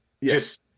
Yes